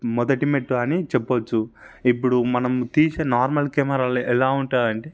మొదటి మెట్టు అని చెప్పవచ్చు ఇప్పుడు మనం తీసే నార్మల్ కెమెరాలు ఎలా ఉంటదంటే